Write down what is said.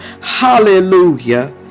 hallelujah